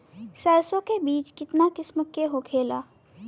सरसो के बिज कितना किस्म के होखे ला?